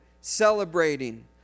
celebrating